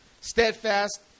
steadfast